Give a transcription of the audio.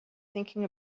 thinking